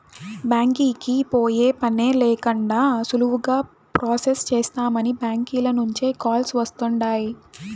బ్యాంకీకి పోయే పనే లేకండా సులువుగా ప్రొసెస్ చేస్తామని బ్యాంకీల నుంచే కాల్స్ వస్తుండాయ్